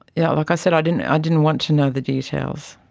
yeah like i said, i didn't ah didn't want to know the details.